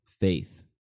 faith